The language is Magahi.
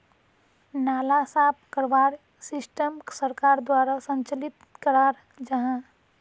नाला साफ करवार सिस्टम सरकार द्वारा संचालित कराल जहा?